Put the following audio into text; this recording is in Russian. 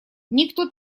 никто